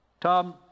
Tom